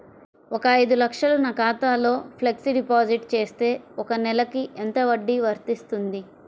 ఒక ఐదు లక్షలు నా ఖాతాలో ఫ్లెక్సీ డిపాజిట్ చేస్తే ఒక నెలకి ఎంత వడ్డీ వర్తిస్తుంది?